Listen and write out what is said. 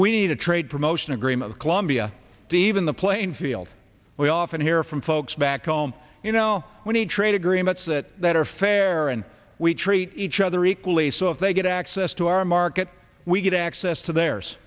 we need a trade promotion agreement colombia the even the playing field we often hear from folks back home you know we need trade agreements that are fair and we treat each other equally so if they get access to our market we get access to the